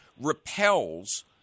repels